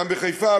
גם בחיפה,